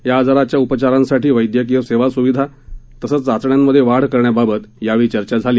या आजाराच्या उपचारासाठी वैद्यकीय सेवासुविधा तसंच चाचण्यांमध्ये वाढ करण्याबाबत या वेळी चर्चा झाली